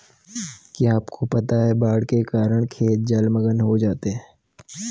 क्या आपको पता है बाढ़ के कारण खेत जलमग्न हो जाते हैं?